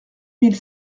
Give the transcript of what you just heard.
mille